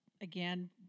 again